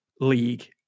league